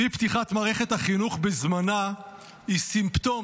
אי-פתיחת מערכת החינוך בזמנה היא סימפטום